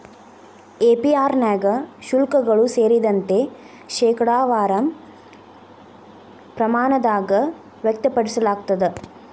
APR ನ್ಯಾಗ ಶುಲ್ಕಗಳು ಸೇರಿದಂತೆ, ಶೇಕಡಾವಾರ ಪ್ರಮಾಣದಾಗ್ ವ್ಯಕ್ತಪಡಿಸಲಾಗ್ತದ